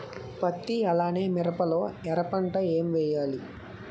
పత్తి అలానే మిరప లో ఎర పంట ఏం వేయాలి?